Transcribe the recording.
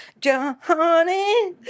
Johnny